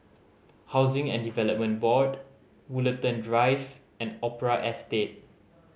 Housing and Development Board Woollerton Drive and Opera Estate